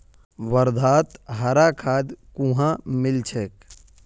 वर्धात हरा खाद कुहाँ मिल छेक